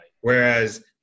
Whereas